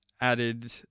added